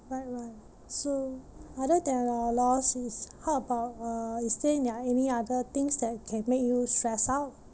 right right right so other than a loss is how about uh is there there are any other things that can make you stressed out